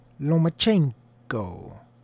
Lomachenko